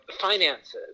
finances